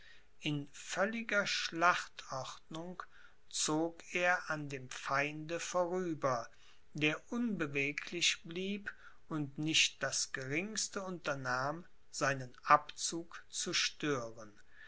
in völliger schlachtordnung zog er an dem feinde vorüber der unbeweglich blieb und nicht das geringste unternahm seinen abzug zu stören